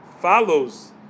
follows